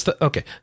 okay